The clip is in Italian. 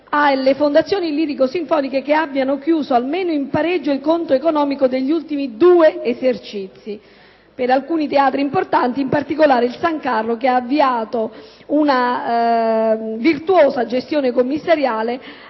alle fondazioni lirico-sinfoniche che abbiano chiuso almeno in pareggio il conto economico degli ultimi due esercizi, per alcuni teatri importanti ed, in particolare, per il San Carlo che ha avviato una virtuosa gestione commissariale,